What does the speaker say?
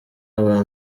aba